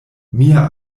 mia